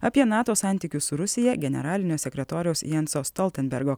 apie nato santykius su rusija generalinio sekretoriaus janso stoltenbergo